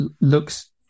looks